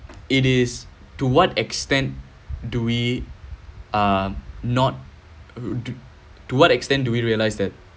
it is to what extent do we um not to what extent do we realize that